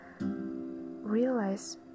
realize